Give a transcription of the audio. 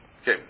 Okay